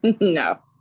No